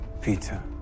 Peter